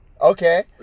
Okay